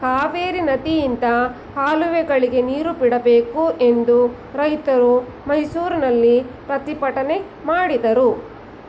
ಕಾವೇರಿ ನದಿಯಿಂದ ಕಾಲುವೆಗಳಿಗೆ ನೀರು ಬಿಡಬೇಕು ಎಂದು ರೈತರು ಮೈಸೂರಿನಲ್ಲಿ ಪ್ರತಿಭಟನೆ ಮಾಡಿದರು